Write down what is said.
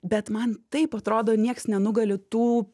bet man taip atrodo nieks nenugali tų